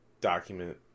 document